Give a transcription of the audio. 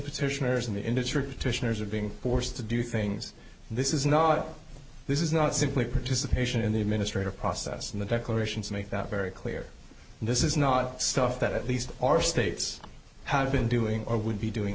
petitioners in the industry are being forced to do things this is not this is not simply participation in the administrative process and the declarations make that very clear this is not stuff that at least our states have been doing or would be doing